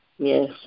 Yes